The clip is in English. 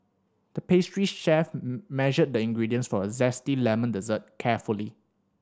the pastry chef measured the ingredients for a zesty lemon dessert carefully